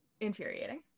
infuriating